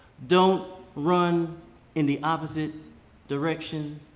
don't run in the opposite direction,